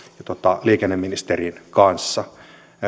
liikenneministerin kanssa